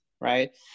right